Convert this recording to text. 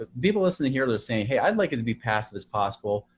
ah people listening here, they're saying, hey, i'd like it to be passive as possible.